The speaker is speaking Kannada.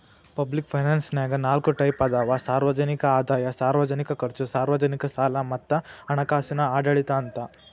ಪಬ್ಲಿಕ್ ಫೈನಾನ್ಸನ್ಯಾಗ ನಾಲ್ಕ್ ಟೈಪ್ ಅದಾವ ಸಾರ್ವಜನಿಕ ಆದಾಯ ಸಾರ್ವಜನಿಕ ಖರ್ಚು ಸಾರ್ವಜನಿಕ ಸಾಲ ಮತ್ತ ಹಣಕಾಸಿನ ಆಡಳಿತ ಅಂತ